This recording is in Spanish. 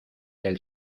del